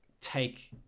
take